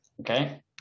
Okay